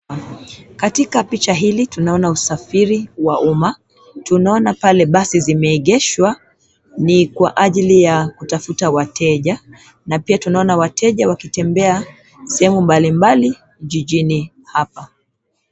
Katika picha hili tunaona usafiri wa umma. Tunaona pale basi zimeegeshwa, ni kwa ajili ya kutafuta wateja, na pia tunaona wateja wakitembea sehemu mbalimbali jijini hapa.